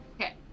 Okay